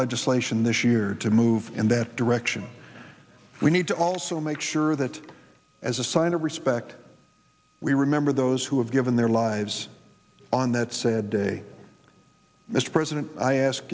legislation this year to move in that direction we need to also make sure that as a sign of respect we remember those who have given their lives on that said day mr president i ask